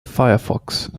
firefox